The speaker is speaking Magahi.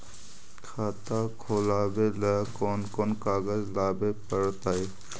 खाता खोलाबे ल कोन कोन कागज लाबे पड़तै?